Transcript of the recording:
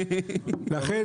לכן,